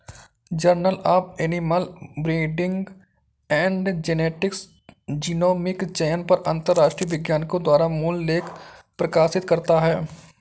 journal of animal breeding and genetics genomic चयन पर अंतरराष्ट्रीय वैज्ञानिकों द्वारा मूल लेख प्रकाशित करता है